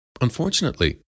Unfortunately